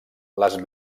les